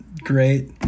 great